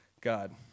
God